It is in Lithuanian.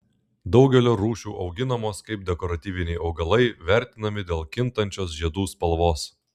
daugelio rūšių auginamos kaip dekoratyviniai augalai vertinami dėl kintančios žiedų spalvos